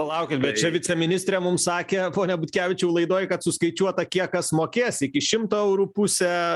palaukit bet čia viceministrė mum sakė pone butkevičiau laidoj kad suskaičiuota kiek kas mokės iki šimto eurų pusė